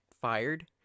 fired